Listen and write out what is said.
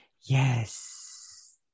Yes